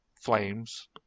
flames